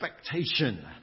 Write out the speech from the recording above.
expectation